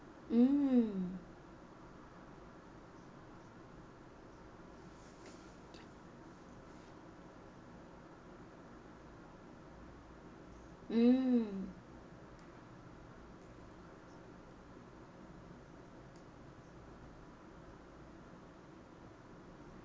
mm mm